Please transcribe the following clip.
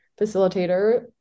facilitator